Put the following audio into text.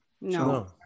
No